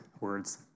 words